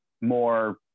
more